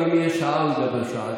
גם אם תהיה שעה, הוא ידבר שעה.